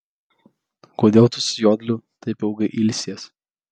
kodėl tu su jodliu taip ilgai ilsies